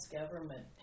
government